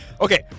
Okay